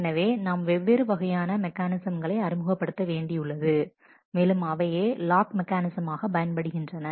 எனவே நாம் வெவ்வேறு வகையான மெக்கானிசம்களை அறிமுகப் படுத்த வேண்டியுள்ளது மேலும் அவையே லாக் மெக்கானிசமாக பயன்படுகின்றன